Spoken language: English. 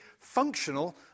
functional